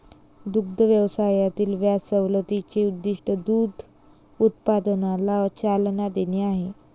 दुग्ध व्यवसायातील व्याज सवलतीचे उद्दीष्ट दूध उत्पादनाला चालना देणे आहे